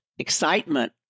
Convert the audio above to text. Excitement